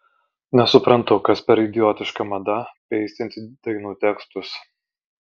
nesuprantu kas per idiotiška mada peistinti dainų tekstus